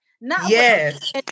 Yes